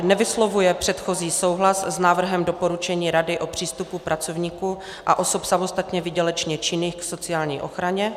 1. nevyslovuje předchozí souhlas s návrhem doporučení Rady o přístupu pracovníků a osob samostatně výdělečně činných k sociální ochraně;